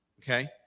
Okay